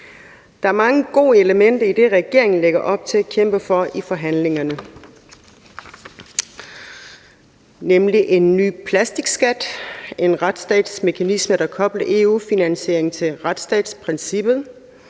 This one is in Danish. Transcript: Der er mange gode elementer i det, regeringen lægger op til at kæmpe for i forhandlingerne, nemlig en ny plastikskat; en retsstatsmekanisme, der kobler EU-finansiering til retsstatsprincippet;